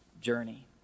journey